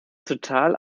total